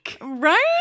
Right